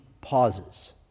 pauses